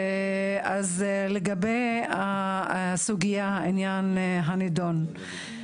לגבי הסוגיה בעניין הנידון.